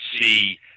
see